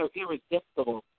irresistible